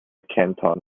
canton